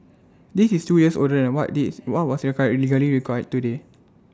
this is two years older than what this what was legally required today